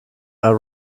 are